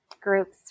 groups